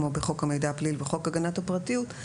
כמו בחוק המידע הפלילי וחוק הגנת הפרטיות,